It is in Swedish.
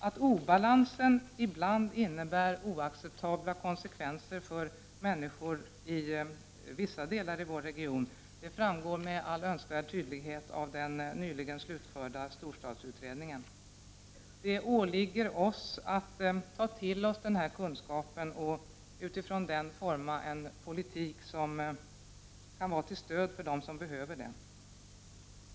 Att obalansen ibland leder till oacceptabla konsekvenser för människor i vissa delar av vår region framgår med all önskvärd tydlighet av den nyligen slutförda storstadsutredningen. Det åligger oss att ta till oss den här kunskapen och utifrån den utforma en politik med stöd till dem som behöver det.